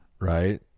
right